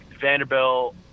Vanderbilt